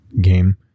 game